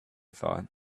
thought